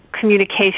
communication